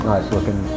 Nice-looking